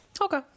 Okay